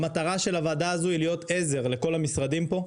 המטרה של הוועדה הזו היא להיות עזר לכל המשרדים פה.